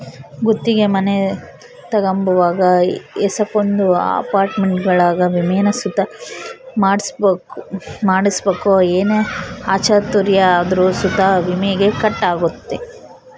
ಗುತ್ತಿಗೆ ಮನೆ ತಗಂಬುವಾಗ ಏಸಕೊಂದು ಅಪಾರ್ಟ್ಮೆಂಟ್ಗುಳಾಗ ವಿಮೇನ ಸುತ ಮಾಡ್ಸಿರ್ಬಕು ಏನೇ ಅಚಾತುರ್ಯ ಆದ್ರೂ ಸುತ ವಿಮೇಗ ಕಟ್ ಆಗ್ತತೆ